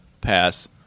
pass